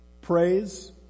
praise